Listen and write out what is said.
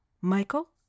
Michael